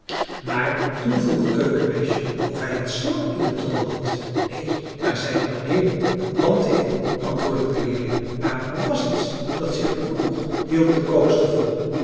maar toen vroeg het keukenmeisje of hij een slang in de trommel had neen er zijn alleen wat planten in antwoordde de leerling maar er was iets dat zich bewoog hield de kookster vol